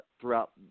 throughout